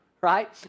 right